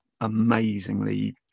amazingly